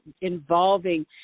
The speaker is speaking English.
involving